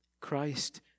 Christ